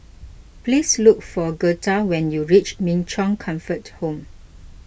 please look for Girtha when you reach Min Chong Comfort Home